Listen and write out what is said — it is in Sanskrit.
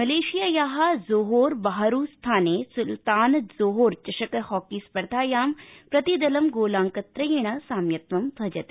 हॉकी मलेशियायाः जोहोर बाहरू स्थाने सुल्तान जोहोर चषक हॉकी स्पर्धायां प्रतिदलं गोलांकत्रयेण साम्यत्वं भजते